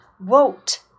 vote